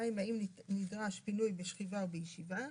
האם נדרש פינוי בשכיבה או בישיבה.